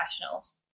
professionals